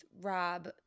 Rob